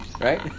right